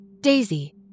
Daisy